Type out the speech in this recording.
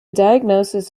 diagnosis